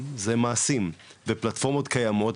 זה מעשים ופלטפורמות קיימות,